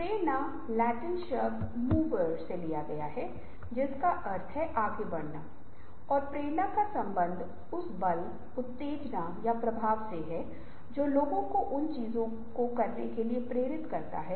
पहले अंक पर आने पर कार्यस्थल रचनात्मकता आमतौर पर संगठनात्मक उत्पादों सेवाओं प्रक्रियाओं और प्रक्रियाओं से संबंधित है